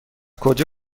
کجا